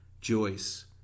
Joyce